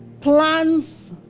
plans